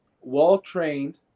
well-trained